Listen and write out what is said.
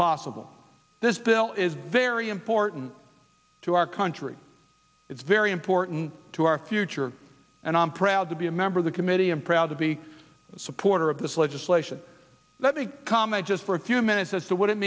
possible this bill is very important to our country it's very important to our future and i'm proud to be a member of the committee i'm proud to be a supporter of this legislation let me comment just for a few minutes as to what it